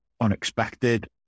unexpected